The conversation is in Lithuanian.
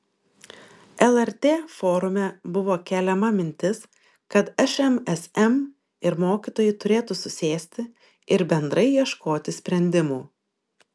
lrt forume buvo keliama mintis kad šmsm ir mokytojai turėtų susėsti ir bendrai ieškoti sprendimų